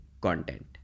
content